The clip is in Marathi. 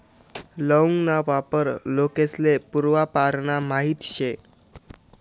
लौंग ना वापर लोकेस्ले पूर्वापारना माहित शे